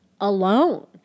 alone